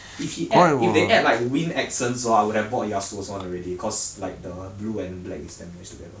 if he if they add like wind accents lor I would have bought yasuo one already cause like the blue and black is damn nice together